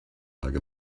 like